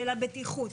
של הבטיחות.